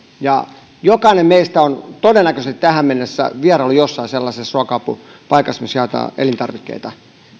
ja jokainen meistä on todennäköisesti tähän mennessä vieraillut jossain sellaisessa ruoka apupaikassa missä jaetaan elintarvikkeita